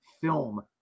film